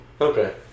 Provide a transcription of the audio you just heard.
Okay